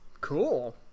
cool